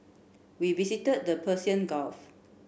we visited the Persian Gulf